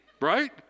Right